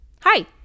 Hi